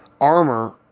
armor